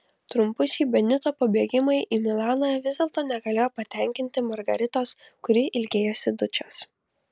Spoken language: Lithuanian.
trumpučiai benito pabėgimai į milaną vis dėlto negalėjo patenkinti margaritos kuri ilgėjosi dučės